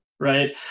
right